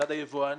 מצד היבואנים,